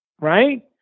right